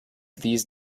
these